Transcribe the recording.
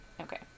okay